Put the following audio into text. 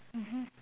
mmhmm